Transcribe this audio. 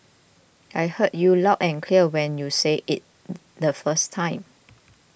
I heard you loud and clear when you said it the first time